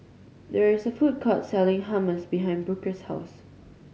there is a food court selling Hummus behind Booker's house